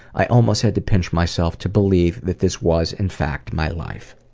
i almost had to pinch myself to believe that this was, in fact, my life.